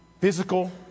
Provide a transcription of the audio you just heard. physical